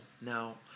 Now